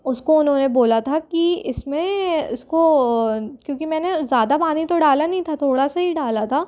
उसको उन्होंने बोला था कि इसमें इसको क्योंकि मैंने ज़्यादा पानी तो डाला नहीं था थोड़ा सा ही डाला था